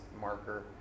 marker